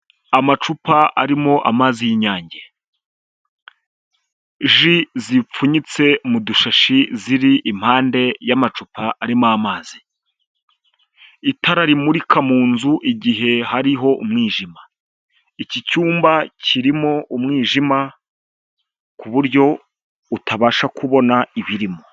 Amacupa arimo amazi y'inyange. Ji zipfunyitse mu dushashi ziri impande y'amacupa arimo amazi. Itara rimurika mu nzu igihe hariho umwijima. Iki cyumba kirimo umwijima, ku buryo utabasha kubona ibirimo.